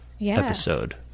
episode